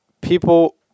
people